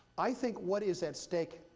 i think what is at stake,